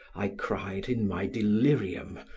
i cried, in my delirium,